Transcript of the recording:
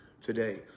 today